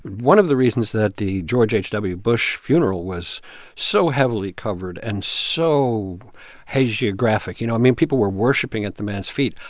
one of the reasons that the george h w. bush funeral was so heavily covered and so hagiographic you know, i mean, people were worshipping at the man's feet.